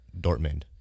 Dortmund